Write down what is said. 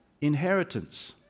inheritance